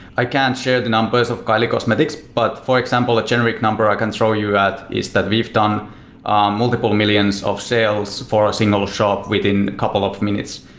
i can't share the numbers of kylie cosmetics, but for example, a generic number i can throw you at is that we've done ah multiple millions of sales for a single shop within a couple of minutes.